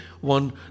one